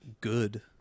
Good